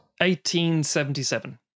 1877